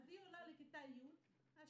היא עולה לכיתה י' השנה.